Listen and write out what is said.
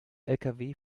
lkw